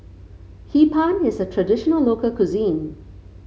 Hee Pan is a traditional local cuisine